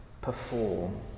perform